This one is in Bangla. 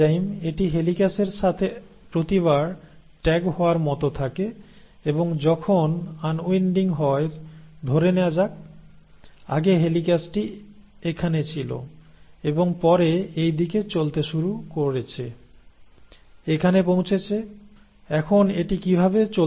এটি হিলিক্যাসের সাথে প্রতিবার ট্যাগ হওয়ার মতো থাকে এবং যখন আনউইন্ডিং হয় ধরে নেয়া যাক আগে হেলিক্যাসটি এখানে ছিল এবং পরে এই দিকে চলতে শুরু করেছে এখানে পৌঁছেছে এখন এটি এভাবে চলতে থাকে